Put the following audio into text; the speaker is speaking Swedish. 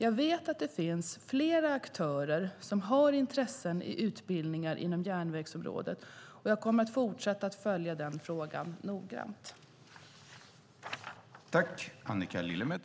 Jag vet att det finns flera aktörer som har intressen i utbildningar inom järnvägsområdet, och jag kommer att fortsätta att följa frågan noggrant.